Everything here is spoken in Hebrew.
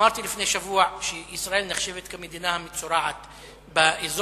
אמרתי לפני שבוע שישראל נחשבת כמדינה המצורעת באזור.